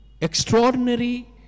extraordinary